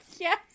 Yes